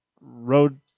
Road